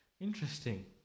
interesting